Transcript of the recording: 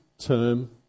term